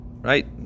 right